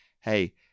hey